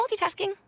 multitasking